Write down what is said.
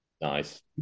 Nice